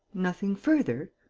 nothing further?